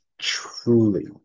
truly